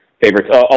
favorites